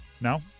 No